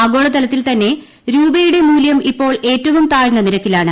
ആഗോളതലത്തിൽ തന്നെ രൂപയുടെ മൂല്യം ഇപ്പോൾ ഏറ്റവും താഴ്ന്ന നിരക്കിലാണ്